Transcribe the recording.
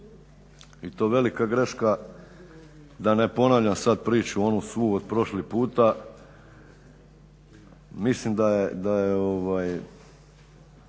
i to velika greška, da ne ponavljam sad priču onu svu od prošli puta. Mislim da